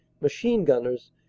machine-gunners